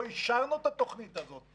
לא אישרנו את התוכנית הזאת.